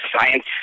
science